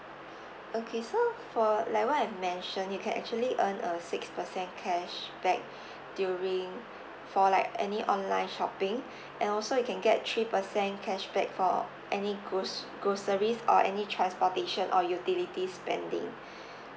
okay so for like what I have mention you can actually earn a six percent cashback during for like any online shopping and also you can get three percent cashback for any gos~ groceries or any transportation or utility spending